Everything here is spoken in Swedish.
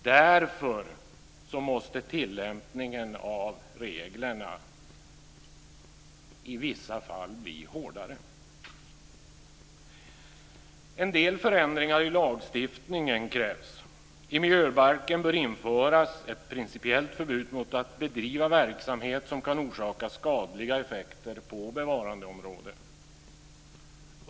Därför måste tillämpningen av reglerna i vissa fall bli hårdare. En del förändringar i lagstiftningen krävs. I miljöbalken bör införas ett principiellt förbud mot att bedriva verksamhet som kan orsaka skadliga effekter på ett bevarandeområde.